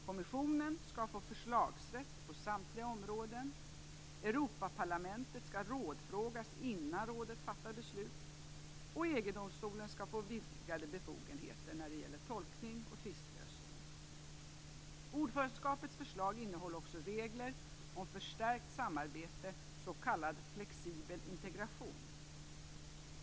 Kommissionen skall få förslagsrätt på samtliga områden, Europaparlamentet skall rådfrågas innan rådet fattar beslut och EG-domstolen skall få vidgade befogenheter när det gäller tolkning och tvistlösning. Ordförandeskapets förslag innehåller också regler om förstärkt samarbete, s.k. flexibel integration.